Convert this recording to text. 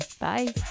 bye